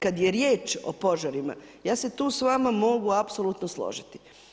Kada je riječ o požarima, ja se tu s vama mogu apsolutno složiti.